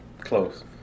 close